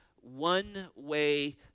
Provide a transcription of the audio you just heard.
one-way